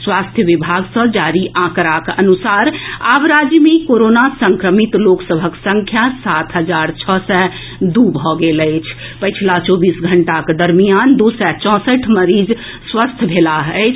स्वास्थ्य विभाग सँ जारी आंकड़ाक अनुसार आब राज्य मे कोरोना संक्रमित लोक सभक संख्या सात हजार छओ सय दू भऽ गेल अछि जे पछिला चौबीस घंटाक दरमियान दू सय चौसठि मरीज स्वस्थ मेलाह अछि